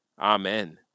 Amen